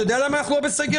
אתה יודע למה אנחנו לא בסגר?